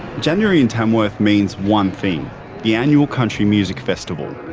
january in tamworth means one thing the annual country music festival.